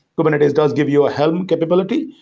kubernetes does give you a helm capability,